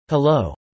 Hello